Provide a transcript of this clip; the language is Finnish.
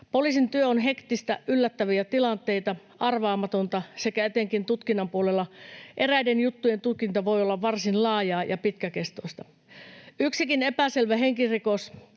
Poliisin työ on hektistä, yllättäviä tilanteita, arvaamatonta, sekä etenkin tutkinnan puolella eräiden juttujen tutkinta voi olla varsin laajaa ja pitkäkestoista. Yksikin epäselvä henkirikos